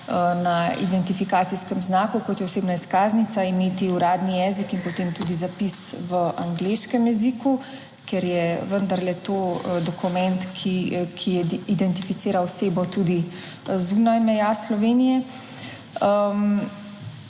na identifikacijskem znaku, kot je osebna izkaznica, imeti uradni jezik in potem tudi zapis v angleškem jeziku, ker je vendarle to dokument, ki identificira osebo. Tudi zunaj meja Slovenije.